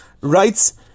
writes